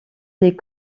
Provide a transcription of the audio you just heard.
des